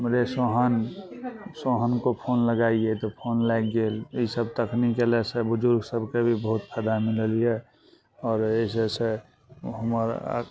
रे सोहन सोहन को फोन लगाइए तऽ फोन लागि गेल एहिसब तकनीक अएलासे बुजुर्ग सभकेँ भी बहुत फैदा मिलल यऽ आओर एहि सबसे हमर